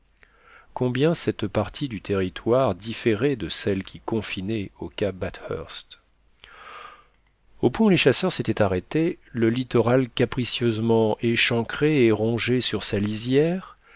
combien cette partie du territoire différait de celle qui confinait au cap bathurst au point où les chasseurs s'étaient arrêtés le littoral capricieusement échancré et rongé sur sa lisière